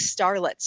starlets